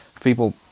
people